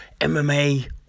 MMA